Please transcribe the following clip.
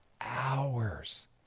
hours